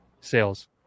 sales